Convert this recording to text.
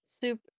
Soup